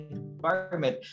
environment